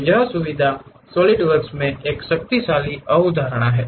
तो यह सुविधा सॉलिडवर्क्स में एक शक्तिशाली अवधारणा है